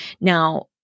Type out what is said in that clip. Now